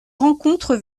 rencontre